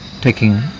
taking